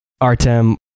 Artem